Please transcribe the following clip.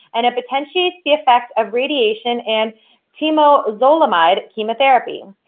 and it potentiates the effect of radiation and temozolomide chemotherapy.